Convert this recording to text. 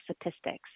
statistics